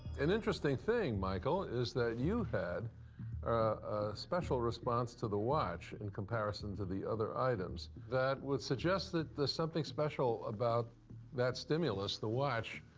and interesting thing, michael, is that you had a special response to the watch in comparison to the other items. that would suggest that there's something special about that stimulus, the watch,